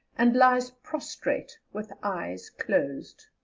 and lies prostrate, with eyes closed.